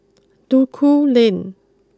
Duku Lane